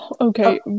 Okay